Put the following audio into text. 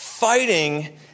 fighting